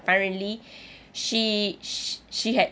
apparently she she had